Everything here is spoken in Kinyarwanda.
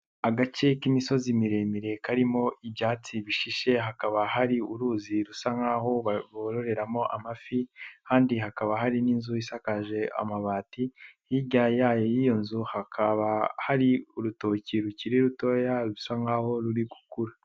Agace k'imisozi miremire karimo ibyatsi bishishe hakaba hari uruzi rusa nkaho bororeramo amafi, kandi hakaba hari n'inzu isakaje amabati hirya y'iyo nzu hakaba hari urutoki rukiri rutoya bisa nkaho ruri gukura.